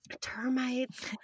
Termites